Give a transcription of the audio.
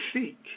Seek